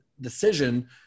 decision